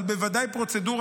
אבל בוודאי פרוצדורה,